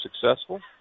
successful